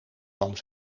van